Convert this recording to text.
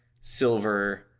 silver